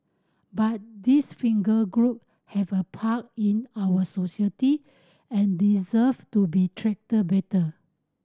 but these group have a part in our society and deserve to be treated better